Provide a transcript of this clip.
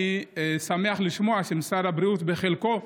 אני שמח לשמוע שמשרד הבריאות, בחלקו,